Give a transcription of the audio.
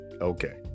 Okay